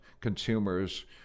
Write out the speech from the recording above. consumers